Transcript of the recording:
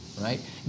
Right